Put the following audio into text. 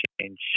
change